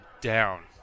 down